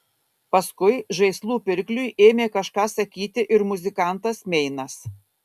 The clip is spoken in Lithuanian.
paskui žaislų pirkliui ėmė kažką sakyti ir muzikantas meinas